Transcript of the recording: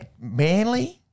Manly